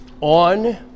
on